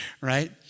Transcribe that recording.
right